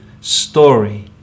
story